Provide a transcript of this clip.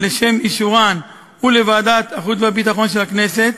לשם אישורן ולוועדת החוץ והביטחון של הכנסת,